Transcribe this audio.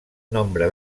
nombre